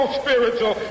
spiritual